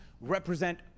represent